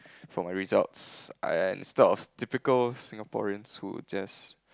for my results and instead of typical Singaporeans who just